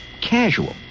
casual